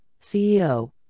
CEO